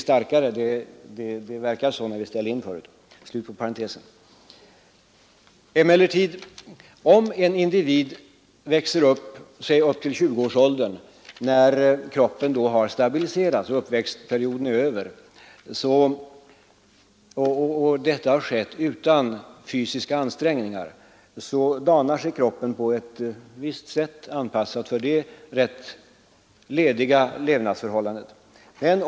Om en individ växer upp till 20-årsåldern — då kroppen stabiliserats och uppväxtperioden är över — utan några fysiska ansträngningar, danar sig kroppen på ett visst sätt och anpassar sig efter dessa rätt lediga levnadsförhållanden.